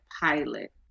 pilot